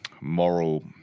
moral